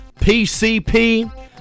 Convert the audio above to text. PCP